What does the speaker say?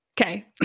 Okay